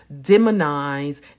demonize